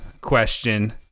question